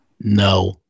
No